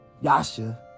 Yasha